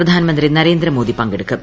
പ്രധാനമന്ത്രി നരേന്ദ്രമോദി പങ്കെട്ടുക്കും